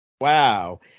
Wow